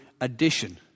addition